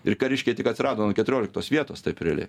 ir kariškiai tik atsirado an keturioliktos vietos taip realiai